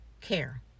care